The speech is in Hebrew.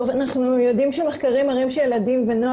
אנחנו יודעים שמחקרים מראים שילדים ונוער